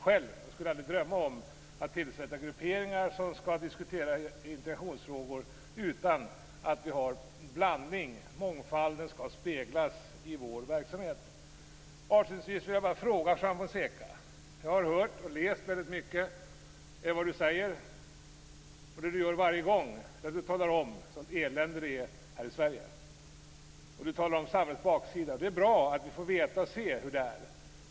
Själv skulle jag inte drömma om att tillsätta grupperingar som skall diskutera integrationsfrågor utan att det finns en blandning. Mångfalden skall speglas i vår verksamhet. Avslutningsvis: Jag har både hört och läst väldigt mycket om vad Juan Fonseca säger. Varje gång talar han om vilket elände det är här i Sverige. Han talar om samhällets baksida. Det är bra att vi får veta och se hur det är.